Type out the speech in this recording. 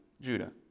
Judah